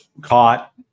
caught